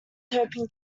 hoping